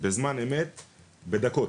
בזמן אמת בדקות.